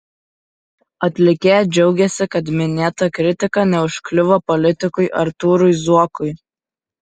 atlikėja džiaugiasi kad minėta kritika neužkliuvo politikui artūrui zuokui